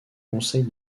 conseil